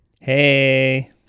Hey